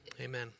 Amen